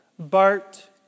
Bart